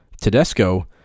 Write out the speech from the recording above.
Tedesco